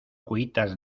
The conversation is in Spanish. cuitas